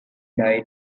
died